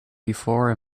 before